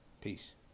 Peace